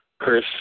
Chris